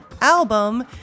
album